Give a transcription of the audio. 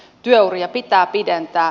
työuria pitää pidentää